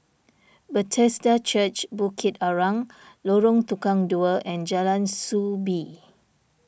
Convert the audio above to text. Bethesda Church Bukit Arang Lorong Tukang Dua and Jalan Soo Bee